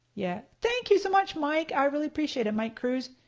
yeah thank you so much mike! i really appreciate it mike cruise.